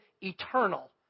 eternal